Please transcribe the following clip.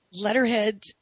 letterhead